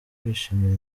kwishimira